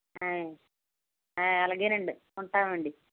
అయి అలాగేనండి ఉంటామండీ